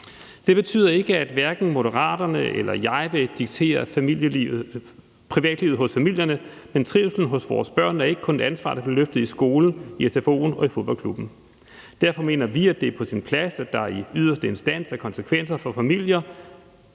Det betyder ikke, at Moderaterne eller jeg vil diktere privatlivet hos familierne, men trivslen hos vores børn er ikke kun et ansvar, der løftes i skolen, i sfo'en og i fodboldklubben. Derfor mener vi, at det er på sin plads, at der i yderste instans er konsekvenser for familier